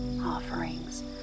offerings